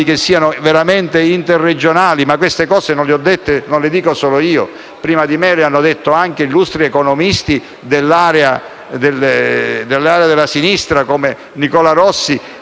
che siano veramente interregionali. Queste cose non le dico solo io; prima di me le hanno dette anche illustri economisti dell'area della sinistra, come Nicola Rossi,